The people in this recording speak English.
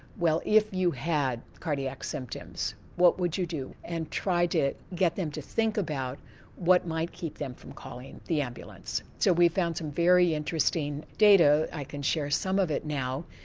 well if you had cardiac symptoms, what would you do? and tried to get them to think about what might keep them from calling the ambulance. so we found some very interesting data i can share some of it now,